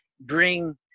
bring